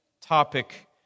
topic